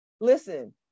listen